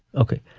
ok,